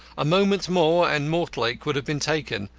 a moment more and mortlake would have been taken.